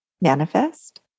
manifest